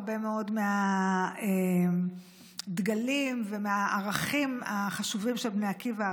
הרבה מאוד מהדגלים ומהערכים החשובים של בני עקיבא,